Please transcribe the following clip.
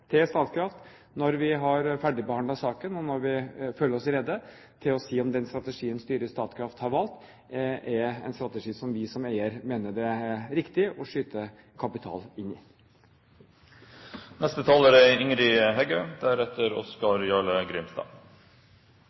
til Statkraft når vi har ferdigbehandlet saken, og når vi føler oss rede til å si om den strategien styret i Statkraft har valgt, er en strategi som vi som eier mener det er riktig å skyte kapital inn